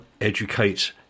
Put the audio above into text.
educate